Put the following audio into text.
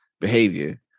behavior